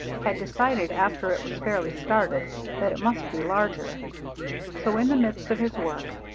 had decided after it was fairly started that it must be larger so, in the midst of his work,